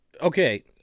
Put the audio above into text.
Okay